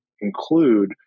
include